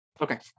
Okay